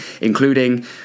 including